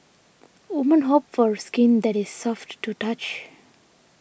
women hope for skin that is soft to the touch